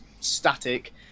static